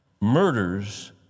murders